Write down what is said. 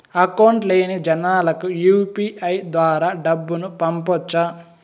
Account లేని జనాలకు UPI ద్వారా డబ్బును పంపొచ్చా?